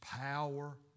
power